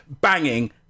banging